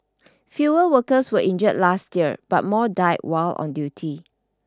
fewer workers were injured last year but more died while on duty